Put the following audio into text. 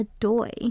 Adoy